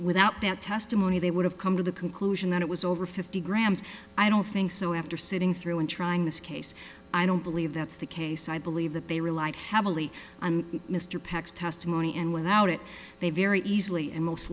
without that testimony they would have come to the conclusion that it was over fifty grams i don't think so after sitting through and trying this case i don't believe that's the case i believe that they relied heavily on mr pax testimony and without it they very easily and most